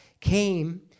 came